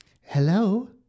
Hello